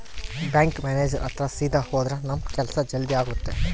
bank manager ಹತ್ರ ಸೀದಾ ಹೋದ್ರ ನಮ್ ಕೆಲ್ಸ ಜಲ್ದಿ ಆಗುತ್ತೆ